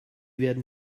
werden